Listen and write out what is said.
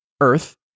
Earth